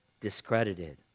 discredited